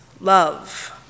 love